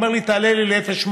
ואומר לי: תעלה לי ל-0.8,